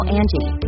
Angie